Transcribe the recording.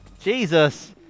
Jesus